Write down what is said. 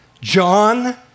John